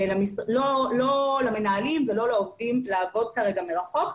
לא למנהלים ולא לעובדים, לעבוד כרגע מרחוק.